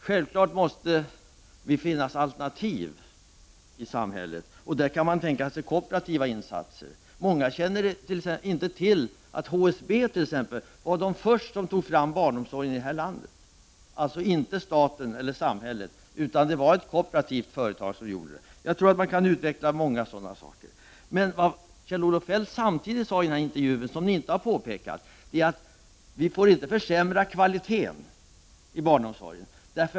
Självfallet måste det finnas alternativ i samhället. Där kan man tänka sig kooperativa insatser. Många känner t.ex. inte till att HSB var den organisation som först tog upp barnomsorgen i det här landet, dvs. inte staten eller samhället utan ett kooperativt företag. Jag tror att det går att utveckla många sådana exempel. Kjell-Olof Feldt sade i denna intervju, vilket ni inte har påpekat, också att vi inte får försämra kvaliteten i barnomsorgen.